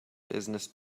business